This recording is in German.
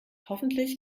hoffentlich